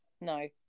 no